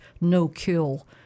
no-kill